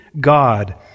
God